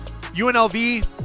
UNLV